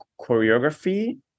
choreography